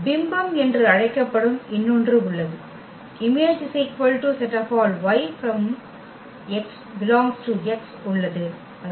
பிம்பம் என்று அழைக்கப்படும் இன்னொன்று உள்ளது Im y for Y x ∈ X உள்ளது அதற்காக F y